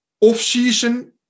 off-season